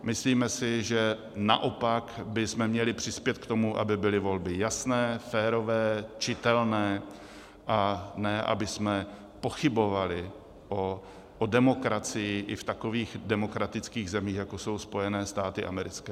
Myslíme si, že naopak bychom měli přispět k tomu, aby byly volby jasné, férové, čitelné, a ne abychom pochybovali o demokracii i v takových demokratických zemích, jako jsou Spojené státy americké.